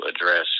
address